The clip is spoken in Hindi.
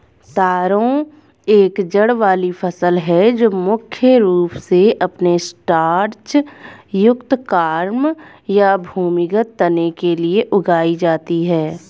तारो एक जड़ वाली फसल है जो मुख्य रूप से अपने स्टार्च युक्त कॉर्म या भूमिगत तने के लिए उगाई जाती है